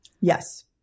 Yes